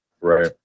Right